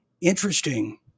Interesting